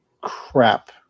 crap